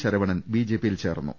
ശര വണൻ ബിജെപിയിൽ ചേർന്നു